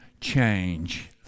change